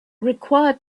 required